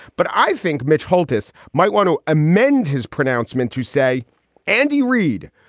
but i think mitch holthouse might want to amend his pronouncement to say andy reid,